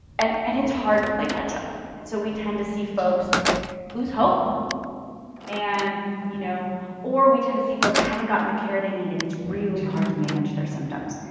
and and it's hard to play catch-up and so we tend to see folks lose hope and you know or we tend to see folks haven't gotten the care they need and it's really hard to manage their symptoms.